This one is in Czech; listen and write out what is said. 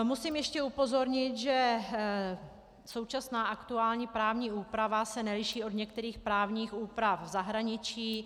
Musím ještě upozornit, že současná, aktuální právní úprava se neliší od některých právních úprav v zahraničí.